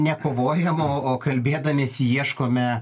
nekovojam o o kalbėdamiesi ieškome